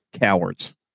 cowards